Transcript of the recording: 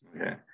Okay